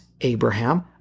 Abraham